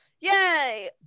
yay